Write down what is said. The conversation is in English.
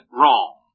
wrong